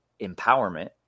empowerment